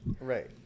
right